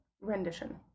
rendition